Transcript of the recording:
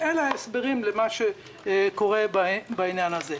אלה ההסברים למה שקורה בעניין הזה.